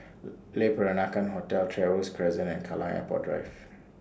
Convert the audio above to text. Le Peranakan Hotel Trevose Crescent and Kallang Airport Drive